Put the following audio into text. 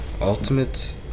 Ultimate